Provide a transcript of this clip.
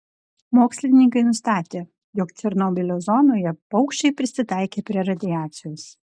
mokslininkai nustatė jog černobylio zonoje paukščiai prisitaikė prie radiacijos